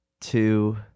two